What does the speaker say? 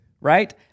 right